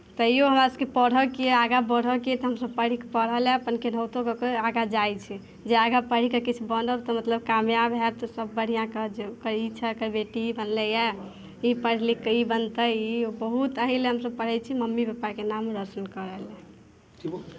तैयो हमरासभके पढ़यके यए आगाँ बढ़यके तऽ हमसभ पढ़य लेल अपन केनाहितो कऽ कऽ आगाँ जाइत छी जे आगाँ पढ़ि कऽ किछु बनब तऽ मतलब कामयाब होयब तऽ सभ बढ़िआँ कहत जे के बेटी बनलैए ई पढ़ि लिखि कऽ ई बनतै ई बहुत एही लेल हमसभ पढ़ैत छी मम्मी पापाके नाम रोशन करय लेल